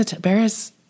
Bears